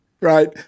right